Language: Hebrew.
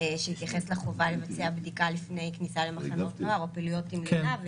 שהתייחס לחובה לבצע בדיקה לפני כניסה למחנות נוער או פעילויות עם לינה,